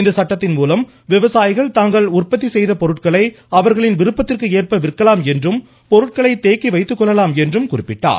இந்த சட்டத்தின் மூலம் விவசாயிகள் தங்கள் உற்பத்தி பொருட்களை அவர்களின் விருப்பத்திற்கு ஏற்ப விற்கலாம் என்றும் பொருட்களை தேக்கி வைத்துக்கொள்ளலாம் என்றும் குறிப்பிட்டார்